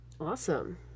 Awesome